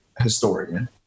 historian